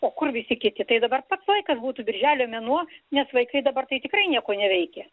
o kur visi kiti tai dabar pats laikas būtų birželio mėnuo nes vaikai dabar tai tikrai nieko neveikia